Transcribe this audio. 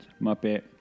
Muppet